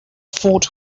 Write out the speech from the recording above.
fort